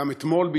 וגם אתמול,